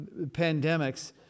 pandemics